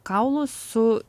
kaulus su